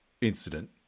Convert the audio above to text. incident